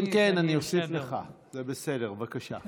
כן, כן, אני אוסיף לך, זה בסדר, בבקשה.